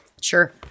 Sure